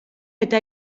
eta